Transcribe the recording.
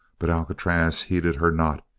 but alcatraz heeded her not.